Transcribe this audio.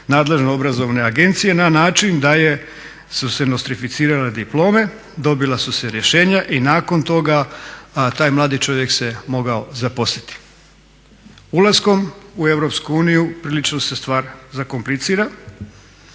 nadležne obrazovne agencije na način da su se nostrificirale diplome, dobila su se rješenja i nakon toga taj mladi čovjek se mogao zaposliti. Ulaskom u EU prilično se stvar zakomplicira,